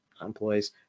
employees